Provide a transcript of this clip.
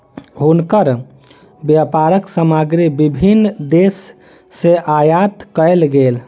हुनकर व्यापारक सामग्री विभिन्न देस सॅ आयात कयल गेल